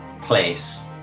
place